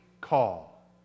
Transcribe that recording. call